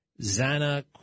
Zana